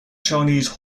chinese